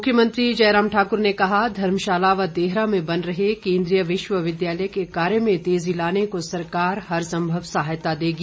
मुख्यमंत्री जयराम ठाकुर ने कहा धर्मशाला व देहरा में बन रहे केन्द्रीय विश्वविद्यालय के कार्य में तेजी लाने को सरकार हर सम्भव सहायता देगी